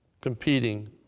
competing